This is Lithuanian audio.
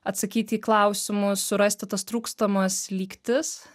atsakyti į klausimus surasti tas trūkstamas lygtis